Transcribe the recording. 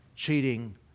cheating